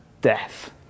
death